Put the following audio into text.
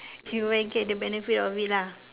you will get the benefit of it lah